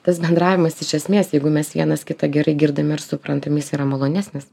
tas bendravimas iš esmės jeigu mes vienas kitą gerai girdim ir suprantam jis yra malonesnis